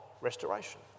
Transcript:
restoration